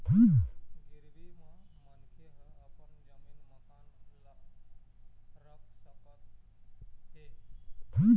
गिरवी म मनखे ह अपन जमीन, मकान ल रख सकत हे